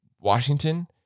Washington